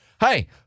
Hey